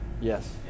Yes